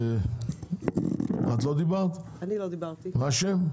יוכי אילוז, בבקשה.